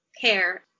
care